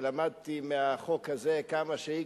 שלמדתי מהחוק הזה כמה שהיא,